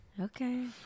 Okay